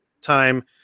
time